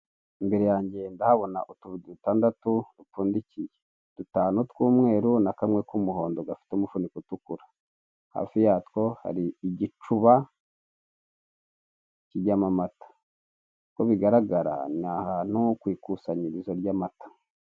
Imbere yanjye ndahabona utubido dutandatu dupfundikiye, dutanu tw'umweru na kamwe k'umuhondo gafite umufuniko utukura. Hafi yatwo hari igicuba kijyamo amata, uko bigaragara n'ahantu kw'ikusanyirozo ry'amata.